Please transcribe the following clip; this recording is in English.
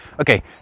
okay